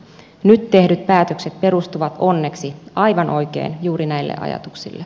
nyt tehdyt päätökset perustuvat onneksi aivan oikein juuri näille ajatuksille